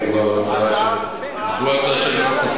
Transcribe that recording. אתה תוכל להעלות מתי שתחפוץ.